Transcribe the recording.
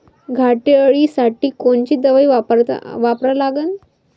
घाटे अळी साठी कोनची दवाई वापरा लागन?